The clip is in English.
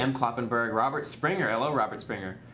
um kind of and robert robert springer. hello, robert springer.